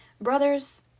Brothers